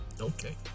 Okay